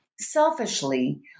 selfishly